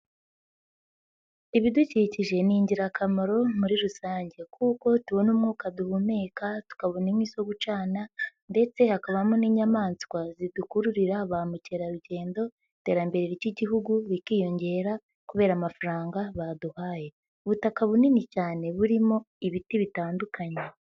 Ibidukikije ni ingirakamaro muri rusange, kuko tubona umwuka duhumeka, tukabona inkwi zo gucana, ndetse hakabamo n'inyamaswa zidukururira ba mukerarugendo iterambere ry'igihugu bikiyongera kubera amafaranga baduhaye. Ubutaka bunini cyane burimo ibiti bitandukanye.